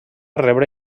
rebre